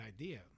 idea